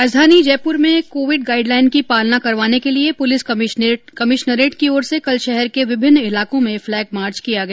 राजधानी जयपुर में Covid guideline की पालना करवाने के लिए पुलिस कमिश्नरेट की ओर से कल शहर के विभिन्न इलाकों में फ्लेग मार्च किया गया